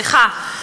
סליחה,